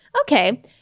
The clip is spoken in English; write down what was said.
Okay